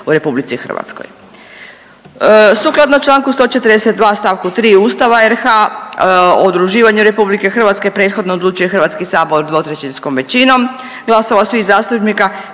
u Republici Hrvatskoj. Sukladno članku 142. stavku 3. Ustava RH o udruživanju Republike Hrvatske prethodno odlučuje Hrvatski sabor dvotrećinskom većinom glasova svih zastupnika,